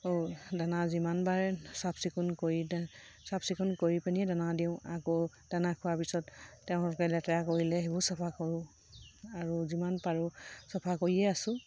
আৰু দানা যিমানবাৰে চাফ চিকুণ কৰি চাফ চিকুণ কৰি পিনিয়ে দানা দিওঁ আকৌ দানা খোৱাৰ পিছত তেওঁলোকে লেতেৰা কৰিলে সেইবোৰ চফা কৰোঁ আৰু যিমান পাৰোঁ চফা কৰিয়ে আছো